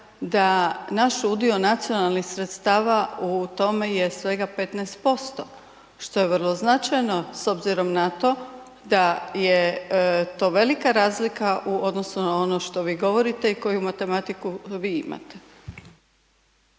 da naš udio nacionalnih sredstava u tome je svega 15%, što je vrlo značajno s obzirom na to da je to velika razlika u odnosu na ono što vi govorite i koju matematiku vi imate.